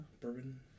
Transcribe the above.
Bourbon